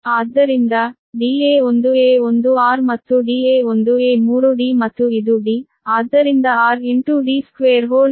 ಆದ್ದರಿಂದ da1a1 r ಮತ್ತು da1a3 d ಮತ್ತು ಇದು d ಆದ್ದರಿಂದ 13 3 ಡಿಸ್ಟೆನ್ಸ್ ಗಳು